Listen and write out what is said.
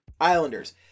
Islanders